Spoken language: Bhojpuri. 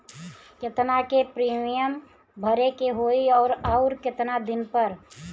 केतना के प्रीमियम भरे के होई और आऊर केतना दिन पर?